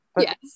yes